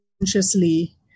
consciously